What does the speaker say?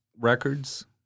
records